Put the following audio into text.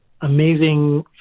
amazing